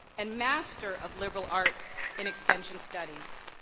and master of liberal arts in extension studies.